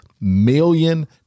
million